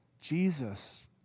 Jesus